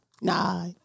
Nah